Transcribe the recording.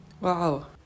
Wow